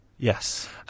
Yes